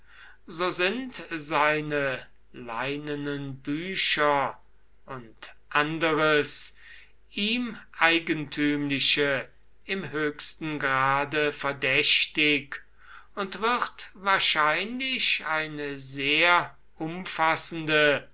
so sind seine leinenen bücher und anderes ihm eigentümliche im höchsten grade verdächtig und wird wahrscheinlich eine sehr umfassende